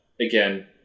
again